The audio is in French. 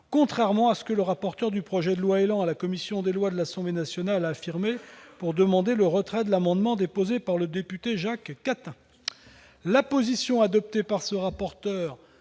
contrairement à ce que le rapporteur du projet de loi ÉLAN à l'Assemblée nationale a affirmé pour demander le retrait de l'amendement déposé par le député Jacques Cattin. La position adoptée par ce rapporteur